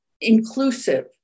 inclusive